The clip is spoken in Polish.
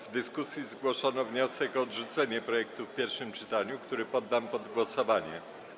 W dyskusji zgłoszono wniosek o odrzucenie projektu ustawy w pierwszym czytaniu, który poddam pod głosowanie.